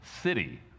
city